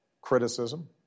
criticism